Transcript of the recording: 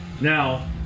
Now